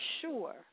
sure